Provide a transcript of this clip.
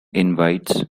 invites